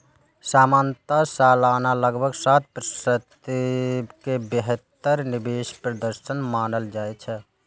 सामान्यतः सालाना लगभग सात प्रतिशत प्रतिफल कें बेहतर निवेश प्रदर्शन मानल जाइ छै